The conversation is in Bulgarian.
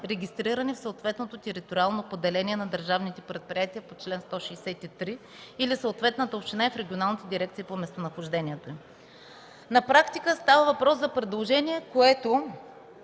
регистрирани в съответното териториално поделение на държавните предприятия по чл. 163 или съответната община и в регионалните дирекции по горите по местонахождението им.” На практика става въпрос за предложение, което